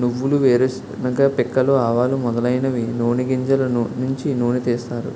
నువ్వులు వేరుశెనగ పిక్కలు ఆవాలు మొదలైనవి నూని గింజలు నుంచి నూనె తీస్తారు